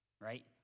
right